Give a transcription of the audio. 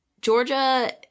Georgia